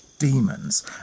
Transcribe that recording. demons